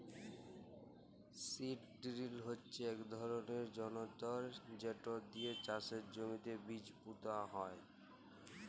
seed drill হচ্যে ইক ধরলের যনতর যেট দিয়ে চাষের জমিতে বীজ পুঁতা হয়